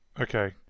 Okay